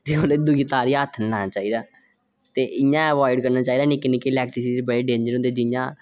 ते दूई तार गी हत्थ निं लाना चाहिदा इं'या अवॉयड करना चाहिदा निक्के निक्के इलैक्ट्रिक बड़े डेंजर होंदे